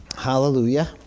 Hallelujah